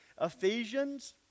Ephesians